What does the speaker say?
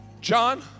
John